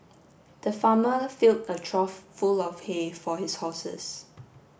the farmer filled a trough full of hay for his horses